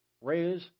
Raise